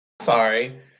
sorry